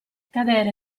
cadere